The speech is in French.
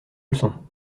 leçon